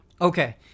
Okay